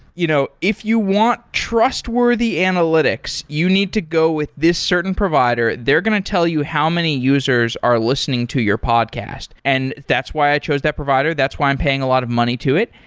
you know if you want trustworthy analytics, you need to go with this certain provider. they're going to tell you how many users are listening to your podcast, and that's why i chose that provider. that's why i'm paying a lot of money to it,